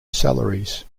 salaries